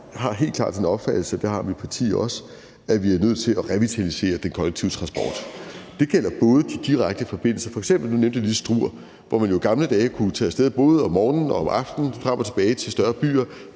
har helt klart den opfattelse, og det har mit parti også, at vi er nødt til at revitalisere den kollektive transport. Det gælder både de direkte forbindelser – nu nævnte jeg f.eks. lige Struer, hvor man jo i gamle dage kunne tage af sted både om morgenen og om aftenen, frem og tilbage til større byer;